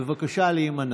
בבקשה להימנע.